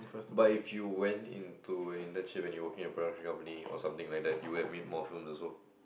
but if you went into an internship and you work in a private company or something like that you would have made more films also